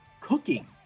cooking